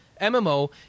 MMO